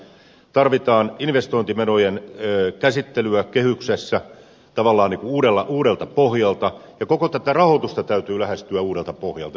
tarvitsemme investointimenojen käsittelyä kehyksessä tavallaan uudelta pohjalta ja koko tätä rahoitusta täytyy lähestyä uudelta pohjalta